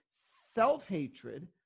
self-hatred